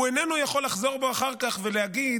הוא איננו יכול לחזור בו אחר כך ולהגיד: